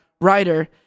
writer